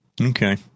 Okay